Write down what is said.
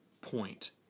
point